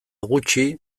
gutxi